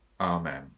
Amen